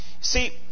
See